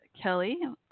Kelly